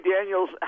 Daniels